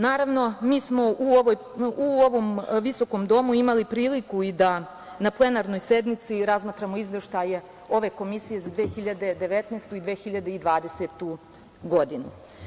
Naravno, mi smo u ovom visokom Domu imali priliku da na plenarnoj sednici razmatramo izveštaje ove Komisije za 2019. i 2020. godinu.